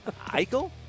Eichel